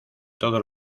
todos